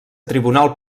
tribunal